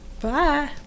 bye